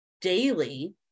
daily